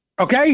Okay